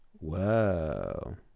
Whoa